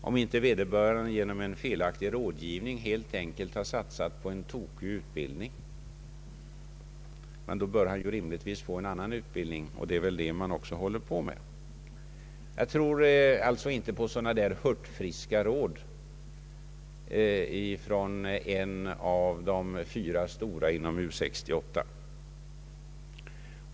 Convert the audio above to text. Om vederbörande på grund av felaktig rådgivning helt enkelt satsat på en fel utbildning, bör han rimligtvis få en annan utbildning. Det är väl också detta man nu i många fall håller på med. Jag tror alltså inte på sådana där hurtfriska råd från en av de fyra stora inom U 68.